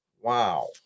Wow